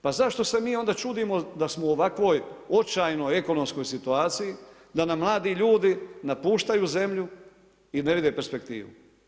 Pa zašto se mi onda čudimo da smo u ovakvoj očajnoj ekonomskoj situaciji, da nam mladi ljudi napuštaju zemlju i ne vide perspektivu.